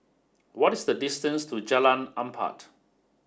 what is the distance to Jalan Empat